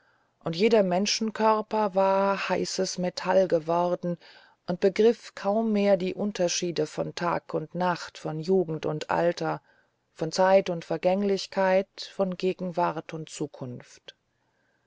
und jeder menschenkörper war heißes metall geworden und begriff kaum mehr die unterschiede von tag und nacht von jugend und alter von zeit und vergänglichkeit von gegenwart und zukunft